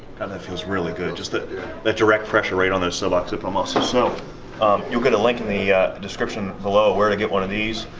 and that feels really good. just that that direct pressure right on the sub-occipital muscles. so you'll get a link in the description below where to get one of these.